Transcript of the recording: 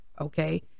Okay